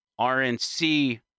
RNC